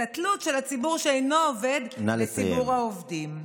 התלות של הציבור שאינו עובד בציבור העובדים.